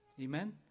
Amen